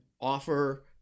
offer